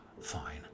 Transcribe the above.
fine